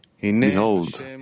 Behold